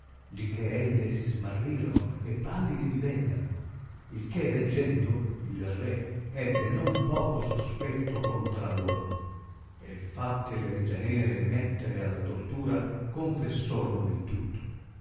di che elle si smarrirono e pallide divennero il che veggendo il re ebbe non poco sospetto contra loro e fattele ritenere e mettere alla tortura confessorono il tutto